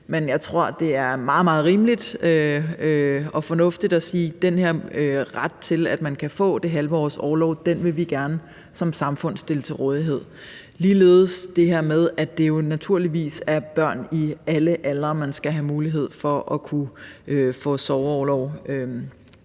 Men jeg tror, det er meget rimeligt og fornuftigt at sige, at den her ret til et halvt års orlov vil vi gerne som samfund stille til rådighed. Det samme gælder det, at det naturligvis er børn i alle aldre, som man skal have mulighed for at få sorgorlov